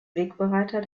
wegbereiter